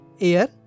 air